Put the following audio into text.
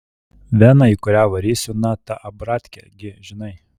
vena į kurią varysiu na ta abratkė gi žinai